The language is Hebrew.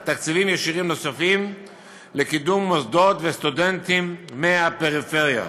ות"ת תקציבים ישירים נוספים לקידום מוסדות וסטודנטים מהפריפריה.